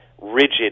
rigid